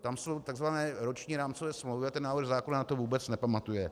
Tam jsou takzvané roční rámcové smlouvy a návrh zákona na to vůbec nepamatuje.